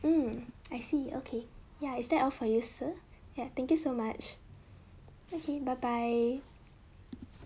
um I see okay ya is that all from you sir ya thank you so much okay bye bye